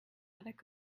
attic